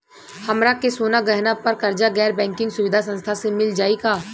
हमरा के सोना गहना पर कर्जा गैर बैंकिंग सुविधा संस्था से मिल जाई का?